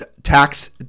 tax